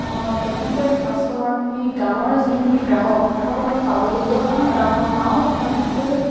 প্ৰধানকৈ কাষ্টমাৰখিনি গাঁৱৰ যোনখিনি গ্ৰাহক গ্ৰাহকক আমি পাব লাগিব কাৰণ গ্ৰাহক গাঁৱত মানে সকলোৱে